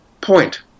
point